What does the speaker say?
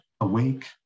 awake